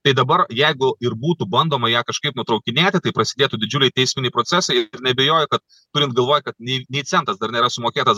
tai dabar jeigu ir būtų bandoma ją kažkaip nutraukinėti tai prasidėtų didžiuliai teisminiai procesai ir neabejoju kad turint galvoj kad nei nei centas dar nėra sumokėtas